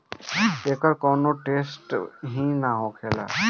एकर कौनो टेसट ही ना होखेला